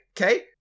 okay